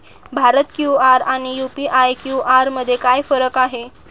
Bharat QR आणि UPI QR मध्ये काय फरक आहे?